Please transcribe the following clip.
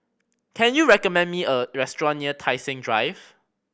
can you recommend me a restaurant near Tai Seng Drive